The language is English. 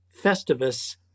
Festivus